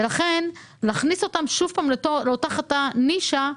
לכן להכניס אותן שוב אל תוך אותה נישה,